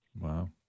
Wow